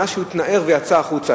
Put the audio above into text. מאז שהתנער ויצא החוצה.